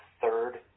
third